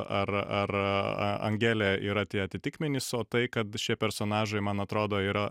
ar ar angelė yra tie atitikmenys o tai kad šie personažai man atrodo yra